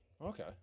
Okay